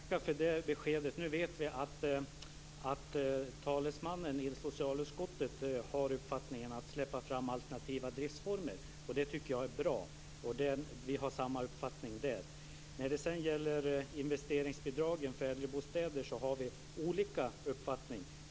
Fru talman! I den första delen ber jag att få tacka för beskedet. Nu vet vi att talesmannen i socialutskottet har uppfattningen att man kan släppa fram alternativa driftsformer. Det är bra. Vi har samma uppfattning där. När det sedan gäller investeringsbidragen för äldrebostäder har vi olika uppfattning.